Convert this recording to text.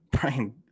Brian